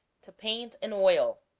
to paint in oil